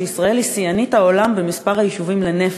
שישראל היא שיאנית העולם במספר היישובים לנפש.